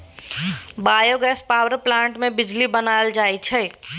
biogas power plant मे बिजली बनाएल जाई छै